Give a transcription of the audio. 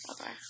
Okay